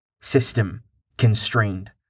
system-constrained